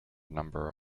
number